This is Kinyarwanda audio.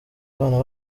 abana